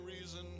reason